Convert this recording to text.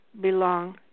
belong